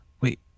wait